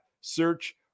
Search